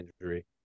injury